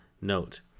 note